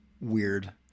weird